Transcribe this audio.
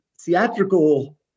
theatrical